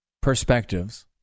perspectives